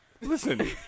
Listen